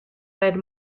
red